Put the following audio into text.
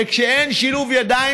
כשאין שילוב ידיים,